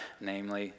namely